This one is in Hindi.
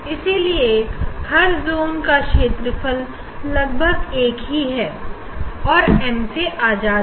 इसीलिए हर जोंस का क्षेत्रफल लगभग 1 बराबर ही है और एम से आजाद है